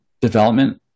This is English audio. development